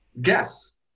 guess